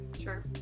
Sure